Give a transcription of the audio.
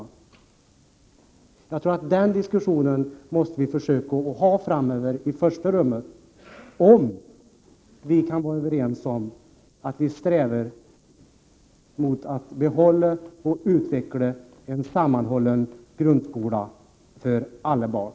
Jag tror att vi måste försöka föra den diskussionen i första rummet framöver, om vi kan vara överens om att vi strävar mot att behålla och utveckla en sammanhållen grundskola för alla barn.